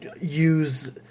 use